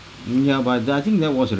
ya but the I think that was